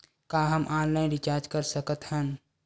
का हम online recharge कर सकत हन?